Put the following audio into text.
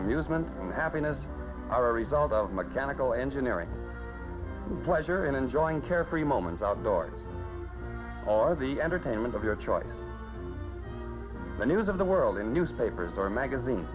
amusement and happiness are a result of mechanical engineering pleasure and enjoying carefree moments outdoors all of the entertainment of your choice the news of the world in newspapers or magazine